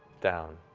down